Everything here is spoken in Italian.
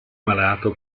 malato